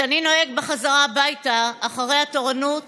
וגם: כשאני נוהג בחזרה הביתה אחרי התורנות